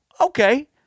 okay